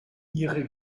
ihre